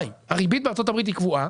הריבית בארצות הברית היא קבועה